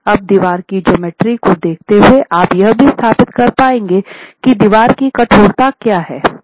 अब दीवार की ज्योमेट्री को देखते हुए आप यह भी स्थापित कर पाएंगे कि दीवार की कठोरता क्या है